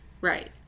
Right